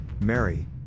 Mary